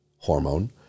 Hormone